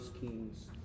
Kings